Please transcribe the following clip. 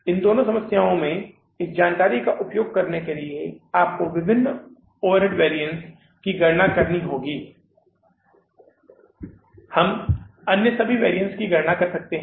इन दोनों समस्याओं में इस जानकारी का उपयोग करने के लिए आपको विभिन्न ओवरहेड वैरिअन्स की गणना करनी होगी हम अन्य सभी वैरिअन्स की गणना कर सकते हैं